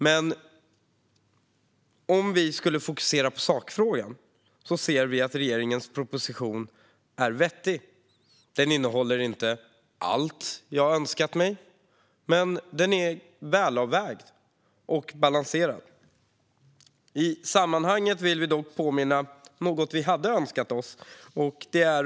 Men om vi fokuserar på sakfrågan ser vi att regeringens proposition är vettig. Den innehåller inte allt jag önskar mig, men den är välavvägd och balanserad. Låt mig dock påminna om något vi har önskat oss.